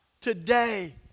today